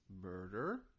murder